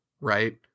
Right